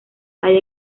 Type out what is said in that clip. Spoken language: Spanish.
hay